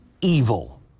evil